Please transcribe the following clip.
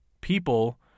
People